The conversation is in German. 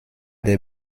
der